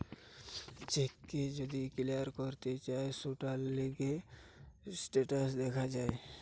check কে যদি clear করতে চায় সৌটার লিগে স্টেটাস দেখা যায়